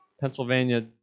Pennsylvania